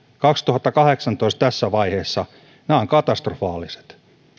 kaksituhattakahdeksantoista tässä vaiheessa ne ovat katastrofaaliset